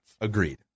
Agreed